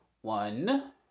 one